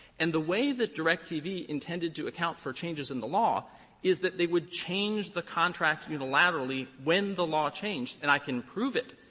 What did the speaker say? and the way that directv intended to account for changes in the law is that they would change the contract unilaterally when the law changed, and i can prove it.